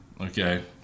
Okay